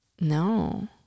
No